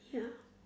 ya